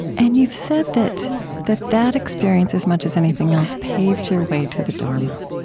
and you've said that that that experience, as much as anything else, paved your way to the dharma.